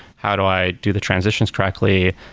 how do i do the transitions correctly?